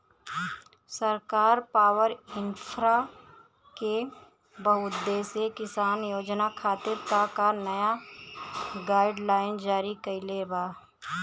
सरकार पॉवरइन्फ्रा के बहुउद्देश्यीय किसान योजना खातिर का का नया गाइडलाइन जारी कइले बा?